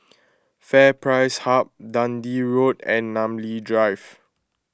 FairPrice Hub Dundee Road and Namly Drive